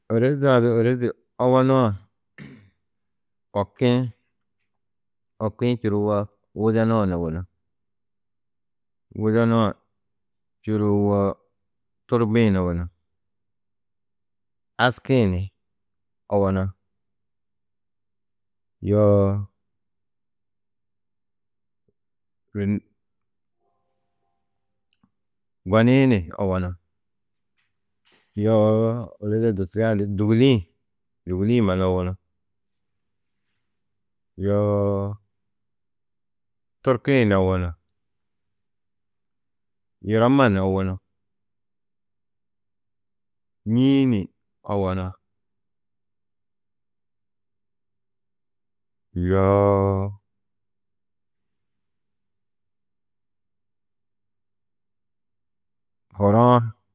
Ôroze-ã du ôrozi owonu-ã, oki-ĩ, oki-ĩ čuruwo widenu-ã ni owonu, widenu-ã čuruwo turbi-ĩ ni owonu, aski-ĩ ni owonu, yoo goni-ĩ ni owonu, yoo durturiã du dûguli-ĩ, dûguli-ĩ mannu owonu, yoo turki-ĩ ni owonu, yuromma ni owonu, ñî-ĩ ni owonu, yoo huru-ã.